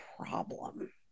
problem